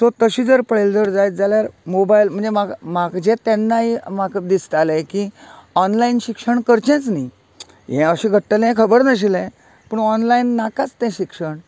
so तशें जर पळयलें जर जायत मोबायल म्हणजे म्हाका म्हाका जें तेन्नाय म्हाका दिसतालें की ऑनलायन शिक्षण करचेंच न्ही हें अशें घडटलें खबर नाशिल्लें पूण ऑनलायन नाकाच तें शिक्षण